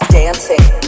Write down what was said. dancing